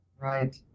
Right